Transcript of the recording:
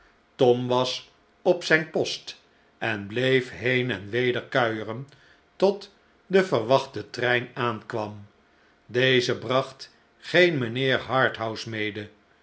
tom was op zijn post en bleef heen en weder kuieren tot de verwachte trein aankwam deze bracht geen mijnheer harthouse mede